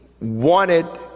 wanted